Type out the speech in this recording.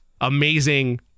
amazing